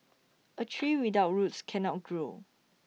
A tree without roots cannot grow